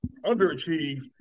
underachieved